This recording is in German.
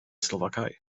slowakei